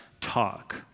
talk